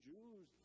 Jews